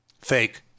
Fake